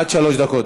עד שלוש דקות.